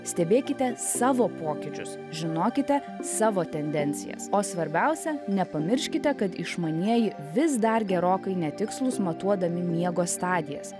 stebėkite savo pokyčius žinokite savo tendencijas o svarbiausia nepamirškite kad išmanieji vis dar gerokai netikslūs matuodami miego stadijas